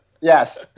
Yes